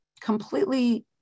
completely